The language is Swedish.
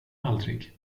aldrig